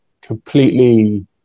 completely